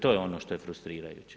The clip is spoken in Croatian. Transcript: To je ono što je frustrirajuće.